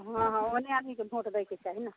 हाँ हाँ ओहने आदमीके भोट दैके चाही ने